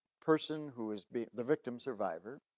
person who has been the victim survivor,